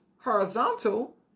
horizontal